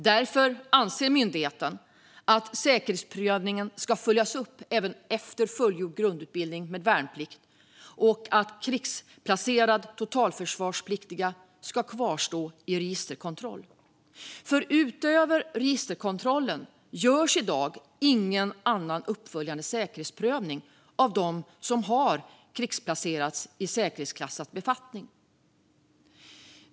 Därför anser myndigheten att säkerhetsprövningen ska följas upp även efter fullgjord grundutbildning med värnplikt och att krigsplacerade totalförsvarspliktiga ska kvarstå i registerkontroll. Utöver registerkontrollen görs i dag ingen annan uppföljande säkerhetsprövning av dem som har krigsplacerats i säkerhetsklassad befattning.